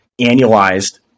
annualized